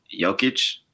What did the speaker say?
Jokic